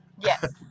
Yes